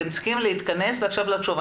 אתם צריכים להתכנס ועכשיו לחשוב.